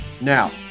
Now